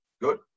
Good